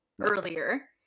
earlier